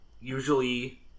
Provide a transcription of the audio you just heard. usually